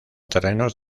terrenos